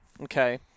okay